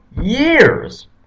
years